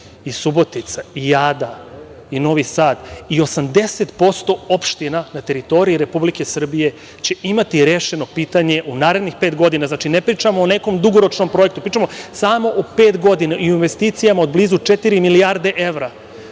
i Subotica, i Ada, i Novi Sad i 80% opština na teritoriji Republike Srbije će imati rešeno pitanje u narednih pet godina. Znači, ne pričamo o nekom dugoročnom projektu, pričamo samo o pet godina i o investicijama od blizu četiri milijarde evra.